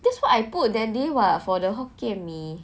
that's what I put that day [what] for the hokkien mee